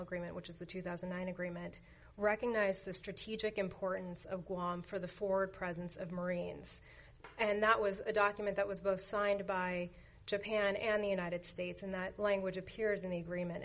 agreement which is the two thousand and nine agreement recognized the strategic importance of guam for the forward presence of marines and that was a document that was both signed by japan and the united states and that language appears in the agreement